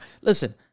Listen